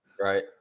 Right